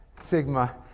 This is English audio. sigma